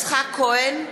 יצחק כהן,